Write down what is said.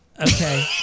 Okay